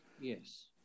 yes